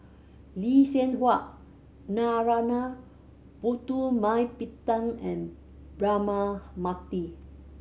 Lee Seng Huat Narana Putumaippittan and Braema Mathi